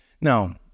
Now